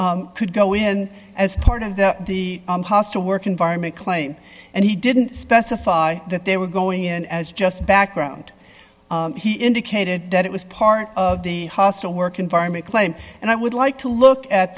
t could go in as part of the the hostile work environment claim and he didn't specify that they were going in as just background he indicated that it was part of the hostile work environment claim and i would like to look at